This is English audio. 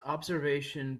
observation